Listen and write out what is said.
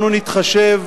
אנחנו נתחשב,